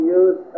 use